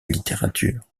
littérature